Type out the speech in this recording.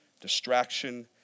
distraction